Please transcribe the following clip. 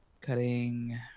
cutting